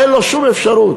אין לו שום אפשרות.